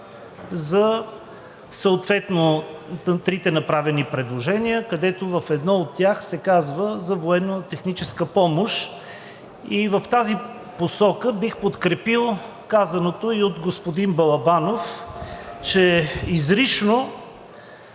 за трите направени предложения, където в едно от тях се казва за военнотехническа помощ. В тази посока бих подкрепил казаното и от господин Балабанов, че изрично